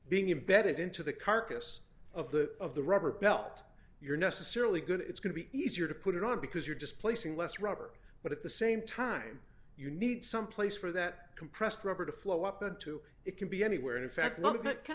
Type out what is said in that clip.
being embedded into the carcass of the of the rubber belt you're necessarily good it's going to be easier to put it on because you're just placing less rubber but at the same time you need some place for that compressed rubber to flow up into it can be anywhere in fact